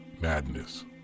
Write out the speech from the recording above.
madness